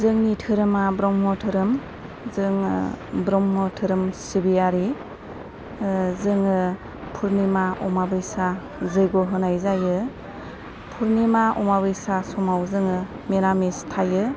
जोंनि धोरोमा ब्रह्म धोरोम जोङो ब्रह्म धोरोम सिबियारि जोङो पुर्निमा अमाबैसा जैग' होनाय जायो पुर्निमा अमाबैसा समाव जोङो मेरामिस थायो